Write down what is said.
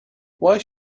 why